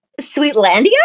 Sweetlandia